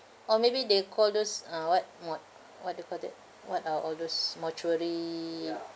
or maybe they call those uh what mm what what do you call that what are all those mortuary